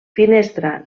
finestra